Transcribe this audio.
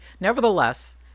Nevertheless